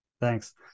Thanks